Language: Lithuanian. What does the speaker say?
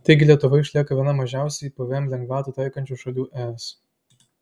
taigi lietuva išlieka viena mažiausiai pvm lengvatų taikančių šalių es